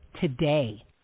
today